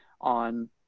on